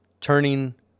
turning